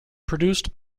produced